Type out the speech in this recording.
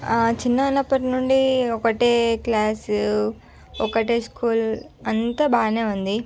చిన్నగా ఉన్నప్పుడు నుండి ఒకటే క్లాసు ఒకటే స్కూల్ అంత బాగానే ఉంది